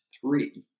three